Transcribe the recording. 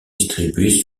distribué